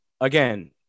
again